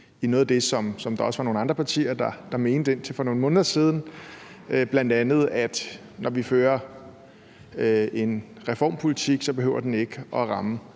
i noget af det, som der også var nogle andre partier der mente indtil for nogle måneder siden, bl.a. at når vi fører en reformpolitik, behøver den ikke at ramme